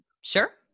Sure